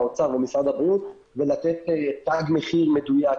האוצר ומשרד הבריאות ולתת תג מחיר מדויק.